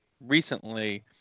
recently